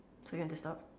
so you want to stop